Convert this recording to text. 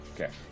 Okay